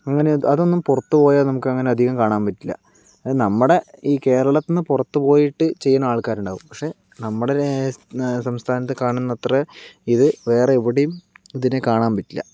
അങ്ങനെ അതൊന്നും പുറത്തു പോയാൽ നമുക്കങ്ങനെ അധികം കാണാൻ പറ്റില്ല നമ്മുടെ ഈ കേരളത്തിൽനിന്ന് പുറത്ത് പോയിട്ട് ചെയ്യുന്ന ആൾക്കാരുണ്ടാവും പക്ഷേ നമ്മുടെ സംസ്ഥാനത്ത് കാണുന്നയത്ര അത്രയും ഇത് വേറെ എവിടെയും ഇതിനെ കാണാൻ പറ്റില്ല